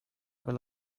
pela